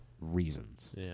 reasons